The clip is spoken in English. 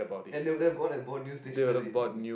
and they would have gone and bought new stationery